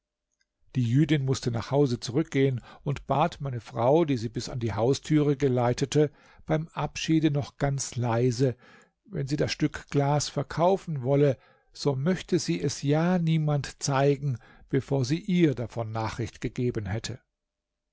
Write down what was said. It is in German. die jüdin mußte nach hause zurückgehen und bat meine frau die sie bis an die haustüre geleitete beim abschiede noch ganz leise wenn sie das stück glas verkaufen wolle so möchte sie es ja niemand zeigen bevor sie ihr davon nachricht gegeben hätte